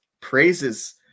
praises